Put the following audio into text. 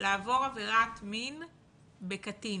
לעבור עבירת מין בקטין.